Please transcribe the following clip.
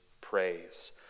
praise